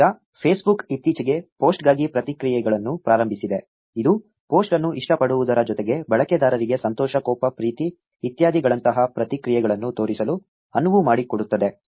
ಈಗ ಫೇಸ್ಬುಕ್ ಇತ್ತೀಚೆಗೆ ಪೋಸ್ಟ್ಗಾಗಿ ಪ್ರತಿಕ್ರಿಯೆಗಳನ್ನು ಪ್ರಾರಂಭಿಸಿದೆ ಇದು ಪೋಸ್ಟ್ ಅನ್ನು ಇಷ್ಟಪಡುವುದರ ಜೊತೆಗೆ ಬಳಕೆದಾರರಿಗೆ ಸಂತೋಷ ಕೋಪ ಪ್ರೀತಿ ಇತ್ಯಾದಿಗಳಂತಹ ಪ್ರತಿಕ್ರಿಯೆಗಳನ್ನು ತೋರಿಸಲು ಅನುವು ಮಾಡಿಕೊಡುತ್ತದೆ